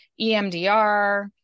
EMDR